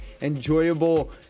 enjoyable